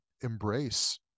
embrace